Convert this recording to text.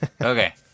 Okay